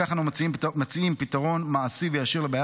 בכך אנחנו מציעים פתרון מעשי וישיר לבעיה